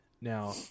Now